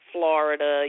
Florida